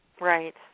Right